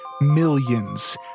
millions